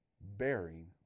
bearing